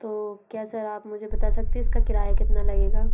तो क्या सर आप मुझे बता सकते है इसका किराया कितना लगेगा